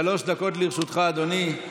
שלוש דקות לרשותך, אדוני.